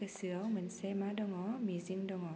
गोसोयाव मोनसे मा दङ मिजिं दङ